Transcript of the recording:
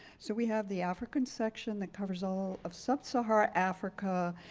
so we have the african section that covers all of sub-saharan africa,